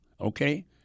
okay